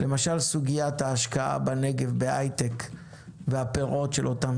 למשל סוגית ההשקעה בנגב בהייטק והפירות של אותם